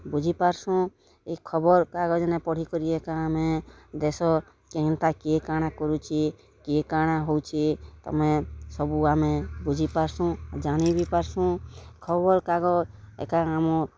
ବୁଝିପାର୍ସୁଁ ଇ ଖବର୍କାଗଜ୍ ନାଇଁ ପଢ଼ିକରି ଏକା ଆମେ ଦେଶ କେନ୍ଟା କିଏ କାଣା କରୁଛେ କିଏ କାଣା ହଉଛେ ତମେ ସବୁ ଆମେ ବୁଝି ପାର୍ସୁଁ ଜାଣି ବି ପାର୍ସୁଁ ଖବର୍କାଗଜ୍ ଏକା ଆମର୍